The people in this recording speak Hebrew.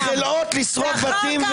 ואחר כך,